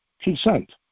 consent